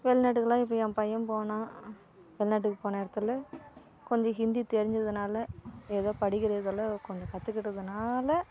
வெளிநாட்டுக்குலாம் இப்போ என் பையன் போனான் வெளிநாட்டுக்கு போன இடத்துல கொஞ்சம் ஹிந்தி தெரிஞ்சதனால ஏதோ படிக்கிறதாலே கொஞ்சம் கற்றுக்கிட்டதுனால